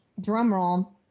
drumroll